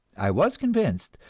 i was convinced,